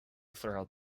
throughout